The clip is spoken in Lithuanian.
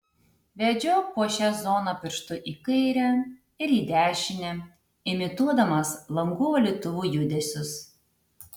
vedžiok po šią zoną pirštu į kairę ir į dešinę imituodamas langų valytuvų judesius